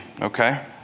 okay